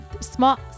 small